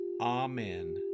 Amen